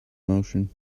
motion